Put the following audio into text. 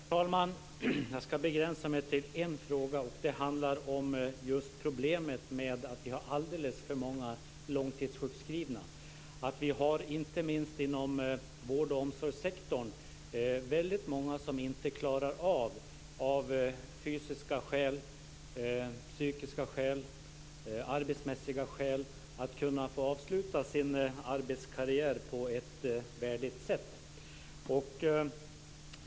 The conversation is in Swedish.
Herr talman! Jag ska begränsa mig till en fråga. Den handlar om problemet med att vi har alldeles för många långtidssjukskrivna. Vi har inte minst inom vård och omsorgssektorn många som av fysiska, psykiska eller arbetsmässiga skäl inte klarar av att få avsluta sin arbetskarriär på ett värdigt sätt.